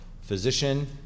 Physician